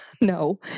no